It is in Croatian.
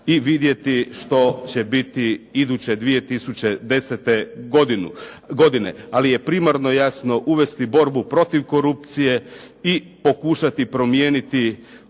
i vidjeti što će biti iduće 2010. godine. Ali je primarno jasno uvesti borbu protiv korupcije i pokušati ovaj